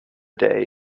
day